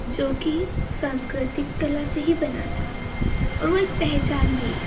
जो कि सांस्कृतिक कला से ही बना था और वो एक पहचान भी है